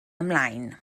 ymlaen